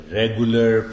regular